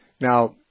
Now